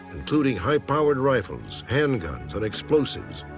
including high-powered rifles, handguns, and explosives.